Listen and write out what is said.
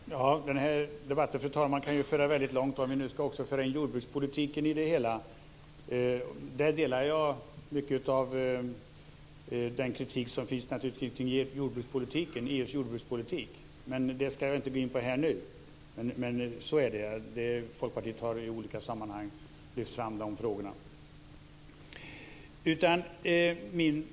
Fru talman! Den här debatten kan föra väldigt långt om vi nu också ska föra in jordbrukspolitiken i det hela. Jag delar mycket av den kritik som finns om EU:s jordbrukspolitik, men det ska jag inte gå in på nu. Folkpartiet har i olika sammanhang lyft fram de frågorna.